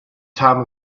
time